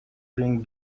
being